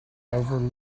outlive